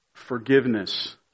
forgiveness